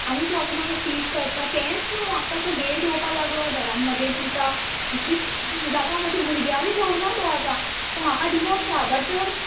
आनी तो म्हाका असो चिट करता तेंच न्हू आतां तो लेट येवपाक लागला घरान मदें पिता इतलें जाता म्हज्या भुरग्यां बीन पळयना तो आतां म्हाका डिवोर्स जाय बट